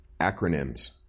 Acronyms